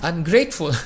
Ungrateful